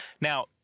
Now